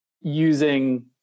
using